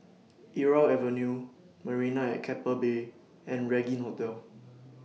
Irau Avenue Marina At Keppel Bay and Regin Hotel